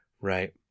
right